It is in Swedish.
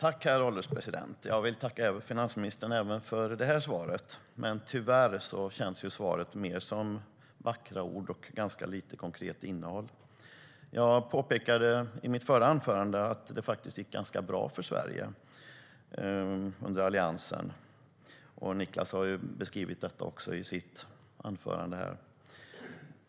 Herr ålderspresident! Jag vill tacka finansministern även för detta svar. Men tyvärr känns svaret mer som vackra ord med ganska lite konkret innehåll. Jag påpekade i mitt förra anförande att det gick ganska bra för Sverige under Alliansen. Niklas Wykman har också beskrivit detta i sitt anförande.